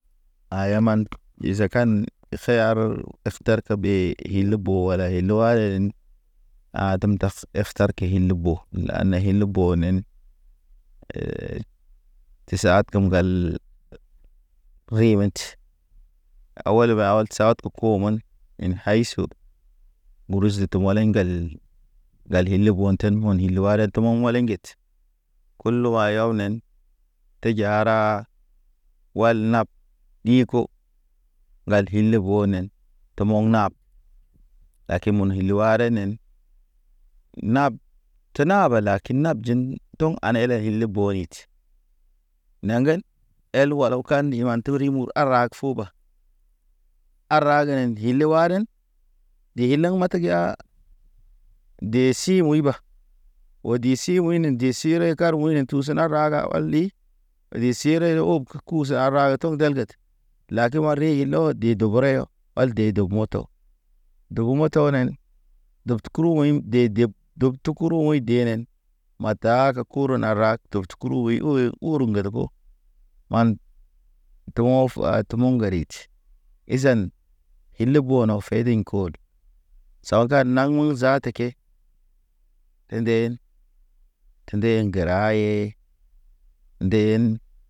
Aya man izakan keyar eftar ke ɓe, il bo wala elo hahenen. Adem ndaf eftar ke il bo, na na il bonen Is had kem gal, ri men, awale ba awal sat ke ko men in haysu, gurusu tomole ŋgal, ŋgal ile bo̰ten mon ilware tomomo le ŋget. Kulu wa yaw nen teji hara, wal nap ɗiko ŋgal hile bonen tomɔŋ nap. Lakin mun ilware nen, nap. Tenab lakin nab jin, do̰ŋ anay da hile bo hit. Naŋgən, el walaw kan ndiman togri mur arak fuba, aragenen ndile waden. Ɗe hileŋ mata giya, de si muy ba, wo di si wəyne nde si rɔy kar ɓone tusna raga ɔli. Re si rɔy- rɔy og, a kusara tɔg ge delged lakin ma re no dub wal de dog moto, dobt kuru woɲim de deb, dob tukuru woɲ denen. Mataaka kuru na rag, dob te kuru woy owoy uru ŋgad ko. Man, toho̰f a tumu ŋgarij. Izan, ile bo naw faydin kod sawaka naŋ məŋ zaata ke, e nde, tende gəra ye nden.